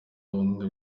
w’ubumwe